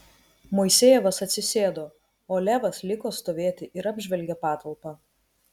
moisejevas atsisėdo o levas liko stovėti ir apžvelgė patalpą